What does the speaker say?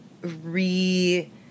re